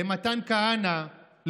למתן כהנא,